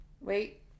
wait